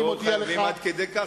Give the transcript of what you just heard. ולא חייבים עד כדי כך,